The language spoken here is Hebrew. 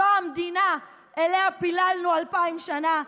זו המדינה שאליה פיללנו אלפיים שנה,